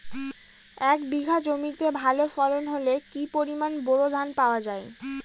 এক বিঘা জমিতে ভালো ফলন হলে কি পরিমাণ বোরো ধান পাওয়া যায়?